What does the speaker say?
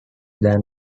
than